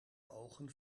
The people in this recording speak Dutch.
ogen